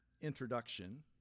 introduction